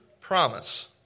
promise